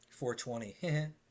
$420